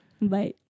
bye